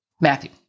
Matthew